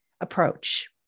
approach